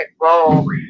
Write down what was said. role